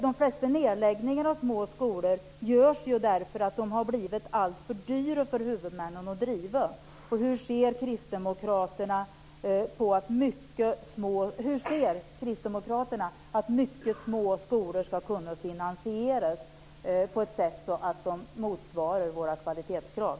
De flesta nedläggningar av små skolor görs ju därför att de har blivit alltför dyra för huvudmännen att driva. Hur anser Kristdemokraterna att mycket små skolor ska kunna finansieras på ett sätt som motsvarar våra kvalitetskrav?